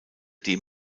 dem